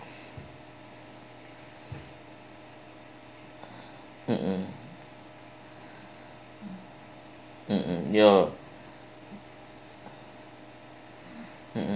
mmhmm mmhmm ya mmhmm